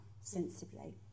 sensibly